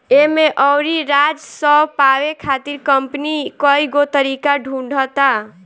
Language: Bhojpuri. एमे अउरी राजस्व पावे खातिर कंपनी कईगो तरीका ढूंढ़ता